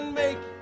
make